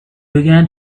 began